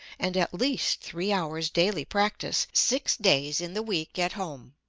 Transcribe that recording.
and at least three hours daily practice six days in the week at home.